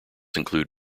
include